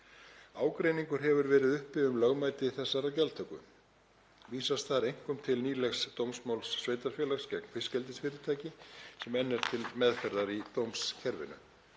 Ágreiningur hefur verið uppi um lögmæti þessarar gjaldtöku. Vísast þar einkum til nýlegs dómsmáls sveitarfélags gegn fiskeldisfyrirtæki sem enn er til meðferðar í dómskerfinu.